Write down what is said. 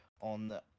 on